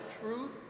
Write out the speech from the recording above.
truth